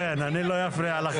כן, אני לא אפריע לך.